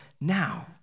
now